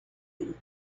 him